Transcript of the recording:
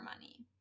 money